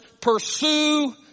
Pursue